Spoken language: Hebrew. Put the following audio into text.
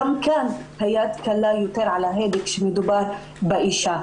וגם כאן היד קלה יותר על ההדק כשמדובר באישה.